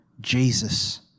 Jesus